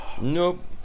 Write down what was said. Nope